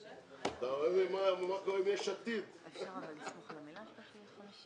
אתה ביקשת, ואני גם רציתי, להביא אתה-CRS.